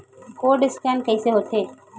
Code scan कइसे होथे?